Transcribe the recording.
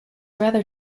rather